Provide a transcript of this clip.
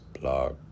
blog